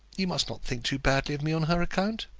you must not think too badly of me on her account.